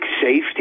safety